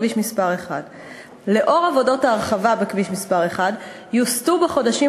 כביש 1. לאור עבודות ההרחבה בכביש 1 יוסטו בחודשים